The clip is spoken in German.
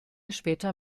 später